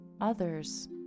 Others